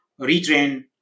retrain